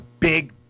big